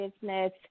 business